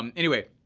um anyway,